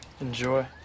Enjoy